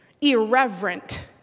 irreverent